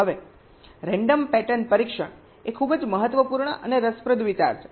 હવે random pattern પરીક્ષણ એ ખૂબ જ મહત્વપૂર્ણ અને રસપ્રદ વિચાર છે